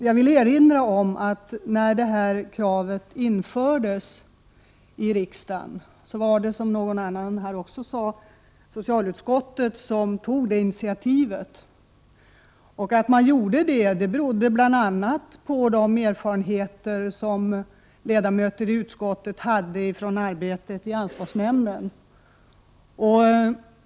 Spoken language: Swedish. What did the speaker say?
Jag vill erinra om att när detta krav infördes av riksdagen var det socialutskottet som tog initiativet. Anledningen till att utskottet gjorde så var bl.a. de erfarenheter som ledamöter i utskottet hade från arbetet i ansvarsnämnden.